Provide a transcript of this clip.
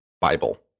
Bible